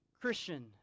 Christian